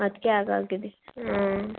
ಅದಕ್ಕೆ ಹಾಗಾಗಿದೆ ಹಾಂ